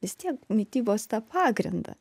vis tiek mitybos tą pagrindą